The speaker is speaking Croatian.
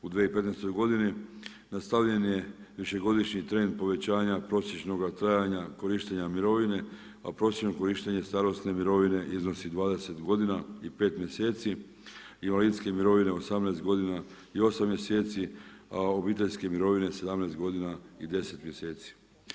U 2015. godini nastavljen je višegodišnji trend povećanja prosječnoga trajanja korištenja mirovine, a prosječno korištenje starosne mirovine iznosi 20 godina i 5 mjeseci, invalidske mirovine 18 godina i 8 mjeseci, a obiteljske mirovine 17 godina i 10 mjeseci.